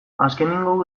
azkenengo